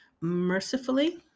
mercifully